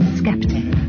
skeptics